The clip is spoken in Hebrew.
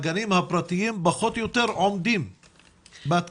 הגנים הפרטיים פחות או יותר עומדים בתקינה.